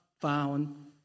found